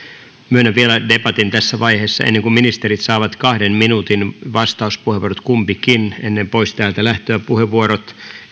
myönnän vielä debatin tässä vaiheessa ennen kuin ministerit saavat kahden minuutin vastauspuheenvuorot kumpikin ennen täältä poislähtöä puheenvuorot